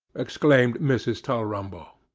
exclaimed mrs. tulrumble.